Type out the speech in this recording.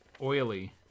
Oily